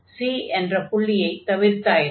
c என்ற புள்ளியைத் தவிர்த்தாயிற்று